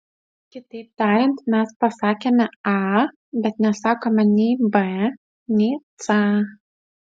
kitaip tariant mes pasakėme a bet nesakome nei b nei c